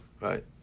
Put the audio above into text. right